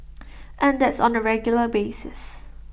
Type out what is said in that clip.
and that's on A regular basis